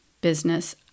business